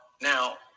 now